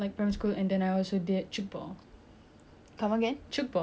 tchoukball it's a I don't know whether a lot of people heard or not yes